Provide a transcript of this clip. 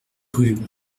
rue